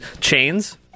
Chains